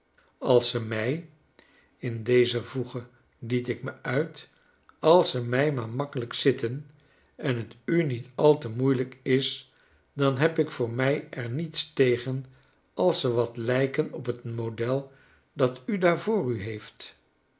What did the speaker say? als ze mij in dezer voege liet ik me uit als ze mij maar makkelijk zitten en t u niet al te moeielijkis dan heb ik voor mij er niets tegen als ze wat lijken op t model dattu'daarlvoor u heeft